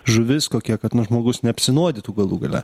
žuvis kokia kad nu žmogus neapsinuodytų galų gale